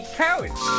couch